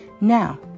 Now